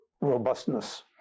robustness